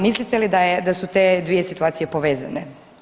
Mislite li da su te dvije situacije povezane?